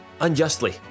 unjustly